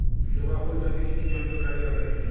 জবা ফুল চাষে কি কি যন্ত্র কাজে লাগে?